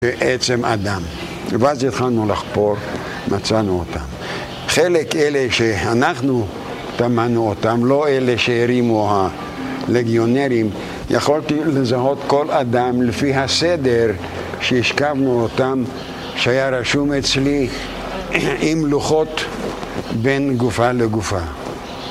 ואז התחלנו לחפור, מצאנו אותם. חלק אלה שאנחנו טמנו אותם, לא אלה שהרימו הלגיונרים, יכולתי לזהות כל אדם לפי הסדר שהשכבנו אותם, שהיה רשום אצלי עם לוחות בין גופה לגופה.